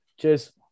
Cheers